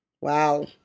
Wow